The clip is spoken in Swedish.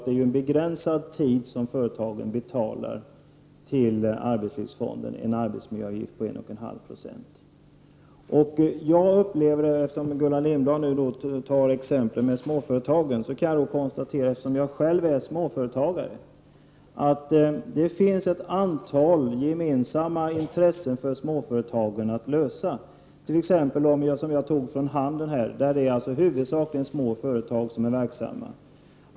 Det är ju en begränsad tid som företagen betalar en arbetsmiljöavgift på 1 1/2 9 till arbetslivsfonden. Gullan Lindblad tog småföretag som exempel. Eftersom jag själv är småföretagare kan jag konstatera att det finns ett antal gemensamma intressen för småföretagen att tillgodose. Jag tog exempel från handeln, där det huvudsakligen är små företag verksamma.